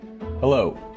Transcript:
Hello